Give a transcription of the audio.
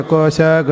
Kosha